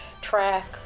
track